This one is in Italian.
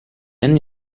anni